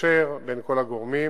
ומקשר בין כל הגורמים.